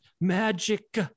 magic